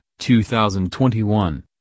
2021